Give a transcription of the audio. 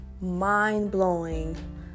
mind-blowing